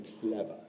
clever